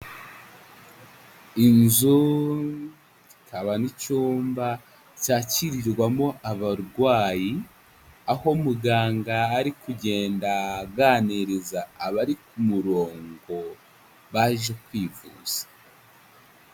Inzu ikaba n'icyumba cyakirirwamo abarwayi, aho muganga ari kugenda aganiriza abari ku murongo baje kwivuza.